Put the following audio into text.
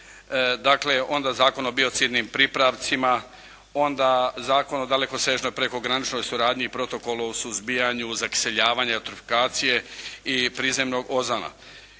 dakle onda Zakon o biocidnim pripravcima onda Zakon o dalekosežnoj prekograničnog suradnji i Protokola o suzbijanju zakiseljavanja, eutrofikacije i prizemnog ozona.